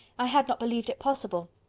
i had not believed it possible.